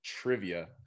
trivia